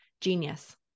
genius